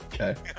Okay